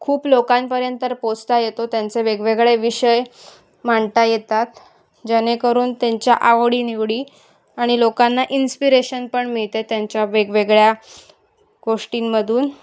खूप लोकांपर्यंत पोचता येतो त्यांचे वेगवेगळे विषय मांडता येतात जेणेकरून त्यांच्या आवडीनिवडी आणि लोकांना इन्स्पिरेशन पण मिळते त्यांच्या वेगवेगळ्या गोष्टींमधून